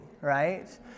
right